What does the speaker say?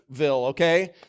okay